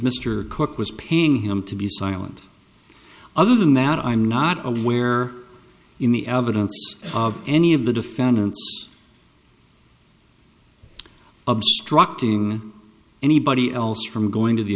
mr cook was paying him to be silent other than that i'm not aware in the evidence of any of the defendants obstructing anybody else from going to the